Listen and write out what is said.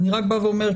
אני רק בא ואומר,